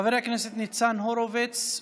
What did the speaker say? חבר הכנסת ניצן הורוביץ,